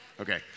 Okay